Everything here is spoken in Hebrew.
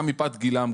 גם מפאת גילם,